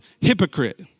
hypocrite